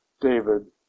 David